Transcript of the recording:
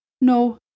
No